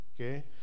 okay